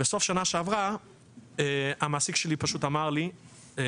ובסוף שנה שעברה המעסיק שלי פשוט אמר לי ובצדק,